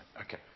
okay